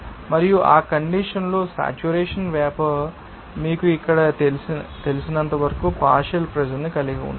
మరియు ఆ కండీషన్ లో సేట్యురేషన్ వేపర్ మీకు ఇక్కడ తెలిసినంతవరకు పార్షియల్ ప్రెషర్ ని కలిగి ఉంటుంది